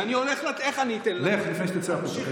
אני הולך להביא, לך, לפני שתצא החוצה.